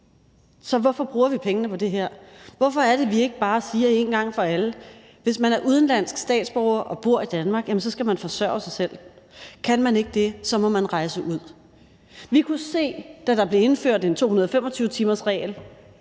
Så hvorfor bruger vi pengene på det her? Hvorfor siger vi ikke bare én gang for alle: Hvis man er udenlandsk statsborger og bor i Danmark, skal man forsørge sig selv, og kan man ikke det, må man rejse ud? Vi kunne se, da der blev indført en 225-timersregel,